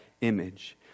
image